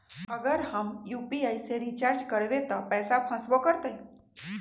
अगर हम यू.पी.आई से रिचार्ज करबै त पैसा फसबो करतई?